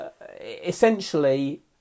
Essentially